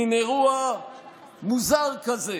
מין אירוע מוזר כזה